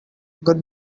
good